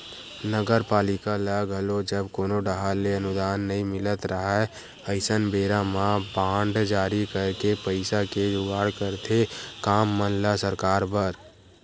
नगरपालिका ल घलो जब कोनो डाहर ले अनुदान नई मिलत राहय अइसन बेरा म बांड जारी करके पइसा के जुगाड़ करथे काम मन ल सरकाय बर